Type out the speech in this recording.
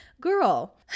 Girl